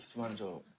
one. so